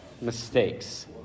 mistakes